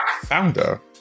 founder